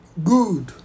Good